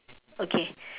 okay